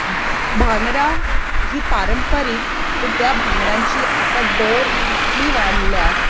भांगरां हीं पारंपारीक पूण त्या भांगरांचीं आतां दर इतली वाडल्या की